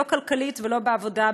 לא כלכלית ולא בעבודה.